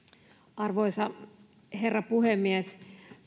arvoisa herra puhemies